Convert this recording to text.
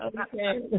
Okay